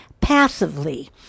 passively